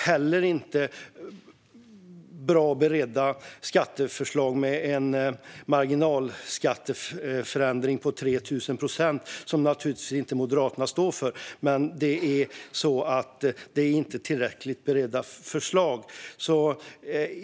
Det är inte heller bra beredda skatteförslag om en marginalskatteförändring är på 3 000 procent, som Moderaterna naturligtvis inte står för, men det är ju inte tillräckligt beredda förslag.